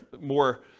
more